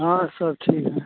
हाँ सब ठीक है